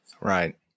Right